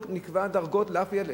לא נקבעו דרגות לאף ילד.